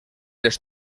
les